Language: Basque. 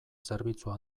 zerbitzua